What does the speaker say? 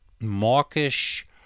mawkish